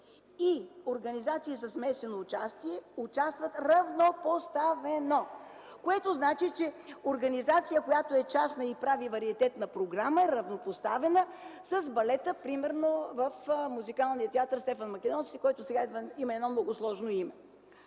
и организациите със смесено участие участват равнопоставено”, което значи, че организация, която е частна и прави вариететна програма, е равнопоставена с балета, примерно, в Музикалния театър „Стефан Македонски”, който сега има едно много сложно име.